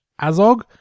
Azog